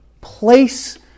place